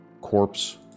corpse